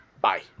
Bye